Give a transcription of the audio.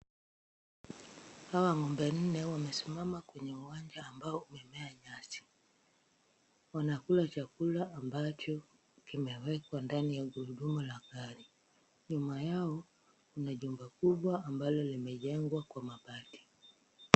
Hawa ng'ombe nne wamesimama kwenye uwanja ambao umemea nyasi. Wanakula chakula ambacho kimewekwa ndani ya gurudumu la gari. Nyuma yao kuna jumba kubwa ambalo limejengwa kwa mabati.